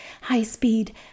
high-speed